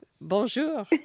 Bonjour